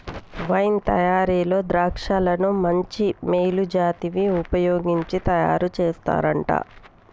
wine తయారీలో ద్రాక్షలను మంచి మేలు జాతివి వుపయోగించి తయారు చేస్తారంట